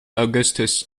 augustus